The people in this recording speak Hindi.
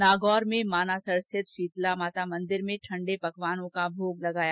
नागौर में मानासर स्थित शीतला माता मंदिर में ठंडे पकवानों का भोग लगाया